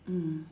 mm